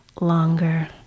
longer